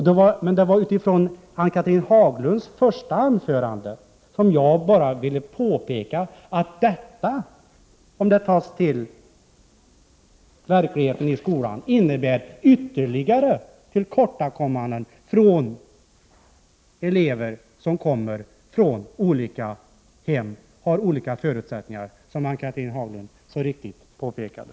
Det var emellertid utifrån Ann-Cathrine Haglunds första anförande som jag ville påpeka att detta, om det görs till verklighet i skolan, medför ytterligare tillkortakommanden för elever som kommer från olika slags hem och har olika förutsättningar, något som Ann-Cathrine Haglund så riktigt påpekade.